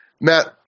Matt